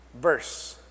verse